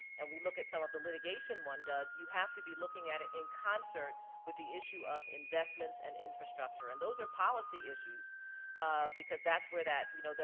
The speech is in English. and we look at some of the litigation one does, you have to be looking at it in concert with the issue of investments and infrastructure, and those are policy issues because that's where that, you know,